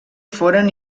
foren